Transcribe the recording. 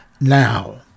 now